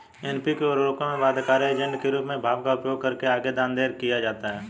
NPK उर्वरकों में बाध्यकारी एजेंट के रूप में भाप का उपयोग करके आगे दानेदार किया जाता है